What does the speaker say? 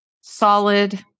solid